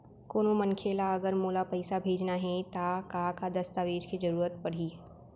कोनो मनखे ला अगर मोला पइसा भेजना हे ता का का दस्तावेज के जरूरत परही??